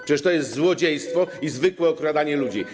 Przecież to jest złodziejstwo i zwykłe okradanie ludzi.